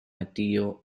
mateo